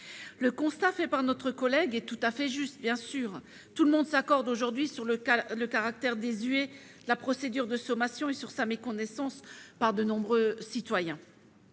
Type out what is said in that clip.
Le constat dressé par notre collègue est tout à fait juste : tout le monde s'accorde aujourd'hui sur le caractère désuet de la procédure de sommations et sur sa méconnaissance par de nombreux citoyens.